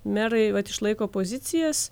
merai vat išlaiko pozicijas